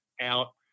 out